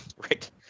Right